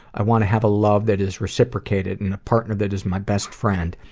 i wanna have a love that is reciprocated and a partner that is my best friend,